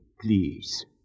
please